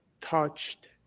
touched